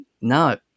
No